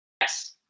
Yes